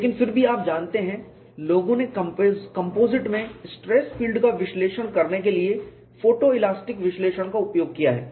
लेकिन फिर भी आप जानते हैं लोगों ने कंपोजिट में स्ट्रेस फील्ड का विश्लेषण करने के लिए फोटोइलास्टिक विश्लेषण का उपयोग किया है